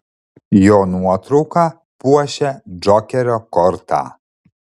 jo nuotrauka puošia džokerio kortą